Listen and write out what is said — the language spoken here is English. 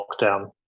lockdown